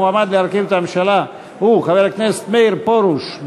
המועמד להרכיב את הממשלה הוא חבר הכנסת מאיר פרוש.